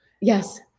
yes